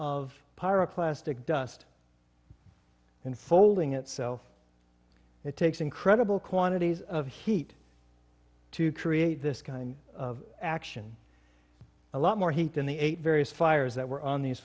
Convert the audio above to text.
pyro plastic dust and folding itself it takes incredible quantities of heat to create this kind of action a lot more heat than the eight various fires that were on these